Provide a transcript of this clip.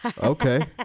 Okay